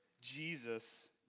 Jesus